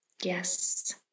Yes